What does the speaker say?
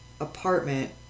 apartment